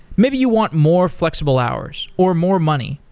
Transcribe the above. maybe you want more flexible hours, or more money,